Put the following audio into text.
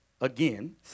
Again